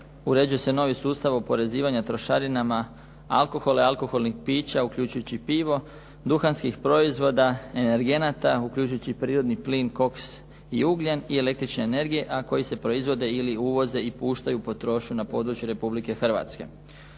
uređuje se novi sustav oporezivanja trošarinama alkohola i alkoholnih pića uključujući i pivo, duhanskih proizvoda, energenata uključujući i prirodni plin, koks i ugljen i električne energije a koji se proizvode ili uvoze i puštaju u potrošnju na području Republike Hrvatske.